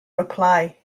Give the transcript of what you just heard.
reply